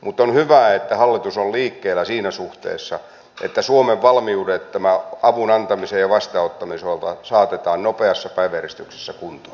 mutta on hyvä että hallitus on liikkeellä siinä suhteessa että suomen valmiudet tämän avun antamisen ja vastaanottamisen osalta saatetaan nopeassa päiväjärjestyksessä kuntoon